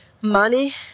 money